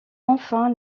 enfin